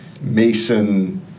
Mason